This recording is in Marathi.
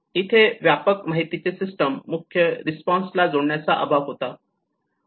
इथे व्यापक माहितीची सिस्टीम मुख्य रिस्पॉन्सला जोडण्याचा अभाव होता